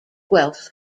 guelph